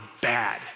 bad